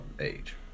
age